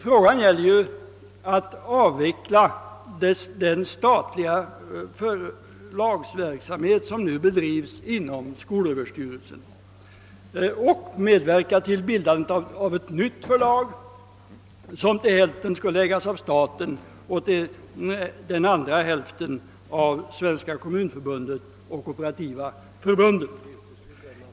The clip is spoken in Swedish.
Vad det gäller är avveckling av den statliga förlagsverksamhet som nu bedrivs inom skolöverstyrelsen för att medverka till bildandet av ett nytt förlag, som till hälften skulle ägas av staten och till hälften av Svenska kommunförbundet samt Kooperativa förbundet.